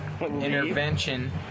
intervention